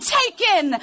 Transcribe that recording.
taken